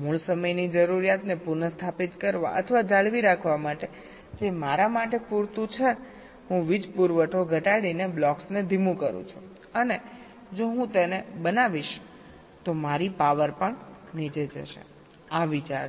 મૂળ સમયની જરૂરિયાતને પુનસ્થાપિત કરવા અથવા જાળવી રાખવા માટે જે મારા માટે પૂરતું છે હું વીજ પુરવઠો ઘટાડીને બ્લોક્સને ધીમું કરું છું અને જો હું તેને બનાવીશ તો મારી પાવર પણ નીચે જશે આ વિચાર છે